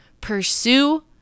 pursue